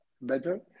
better